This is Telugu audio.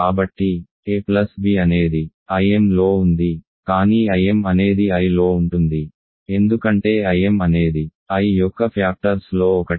కాబట్టి a ప్లస్ b అనేది Imలో ఉంది కానీ Im అనేది Iలో ఉంటుంది ఎందుకంటే Im అనేది I యొక్క ఫ్యాక్టర్స్ లో ఒకటి